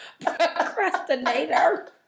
procrastinator